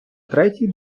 третій